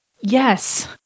Yes